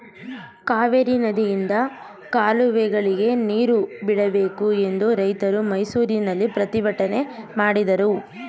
ಕಾವೇರಿ ನದಿಯಿಂದ ಕಾಲುವೆಗಳಿಗೆ ನೀರು ಬಿಡಬೇಕು ಎಂದು ರೈತರು ಮೈಸೂರಿನಲ್ಲಿ ಪ್ರತಿಭಟನೆ ಮಾಡಿದರು